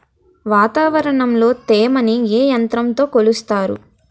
వాతావరణంలో తేమని ఏ యంత్రంతో కొలుస్తారు?